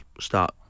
Start